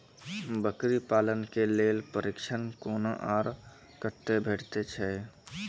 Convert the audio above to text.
बकरी पालन के लेल प्रशिक्षण कूना आर कते भेटैत छै?